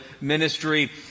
ministry